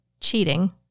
Cheating